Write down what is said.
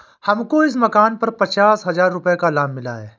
हमको इस मकान पर पचास हजार रुपयों का लाभ मिला है